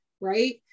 right